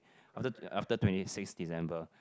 after after twenty six December